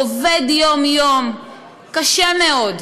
עובד יום-יום קשה מאוד,